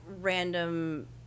random